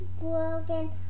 broken